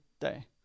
day